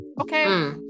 Okay